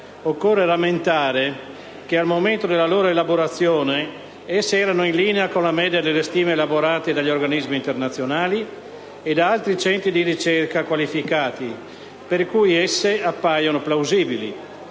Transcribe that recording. occorre lamentare che, al momento della loro elaborazione, esse erano in linea con la media delle stime elaborate dagli organismi internazionali e da altri centri di ricerca qualificati. Pertanto, esse appaiono plausibili.